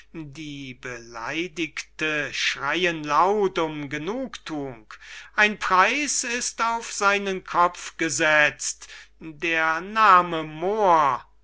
die beleidigten schreyen laut um genugthuung ein preiß ist auf seinen kopf gesetzt der name moor